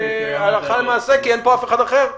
זה הלכה למעשה כי אין פה אף אחד אחר כרגע,